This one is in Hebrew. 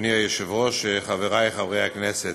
אדוני היושב-ראש, חברי חברי הכנסת,